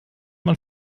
man